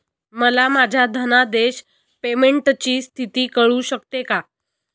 मला माझ्या धनादेश पेमेंटची स्थिती कळू शकते का?